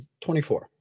24